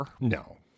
No